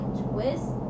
twist